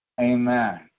Amen